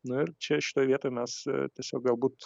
na čia šitoj vietoj mes tiesiog galbūt